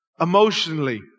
Emotionally